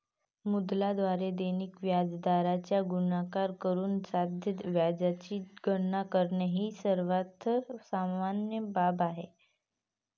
मुद्दलाद्वारे दैनिक व्याजदराचा गुणाकार करून साध्या व्याजाची गणना करणे ही सर्वात सामान्य बाब आहे